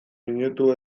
minutu